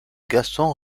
gaston